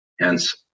Hence